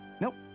Nope